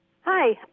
Hi